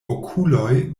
okuloj